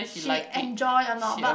she enjoy or not but